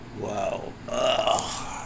wow